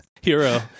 Hero